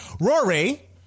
Rory